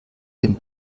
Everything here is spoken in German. den